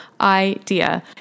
idea